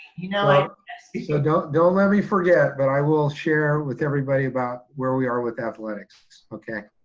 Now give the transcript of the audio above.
you know he like asked me. so don't don't let me forget, but i will share with everybody about where we are with athletics. okay,